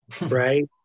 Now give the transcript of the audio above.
right